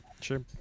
Sure